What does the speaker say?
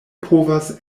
povas